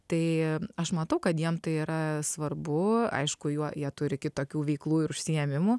tai aš matau kad jiem tai yra svarbu aišku juo jie turi kitokių veiklų ir užsiėmimų